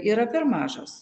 yra per mažas